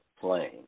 playing